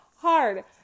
hard